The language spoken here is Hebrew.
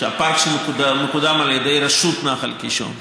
שהפארק שם מקודם על ידי רשות נחל הקישון.